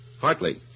Hartley